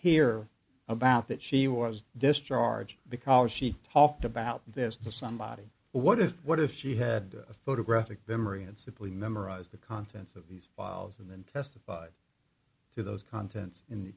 here about that she was discharged because she talked about this to somebody what if what if she had a photographic memory and simply memorize the contents of these files and then testified to those contents in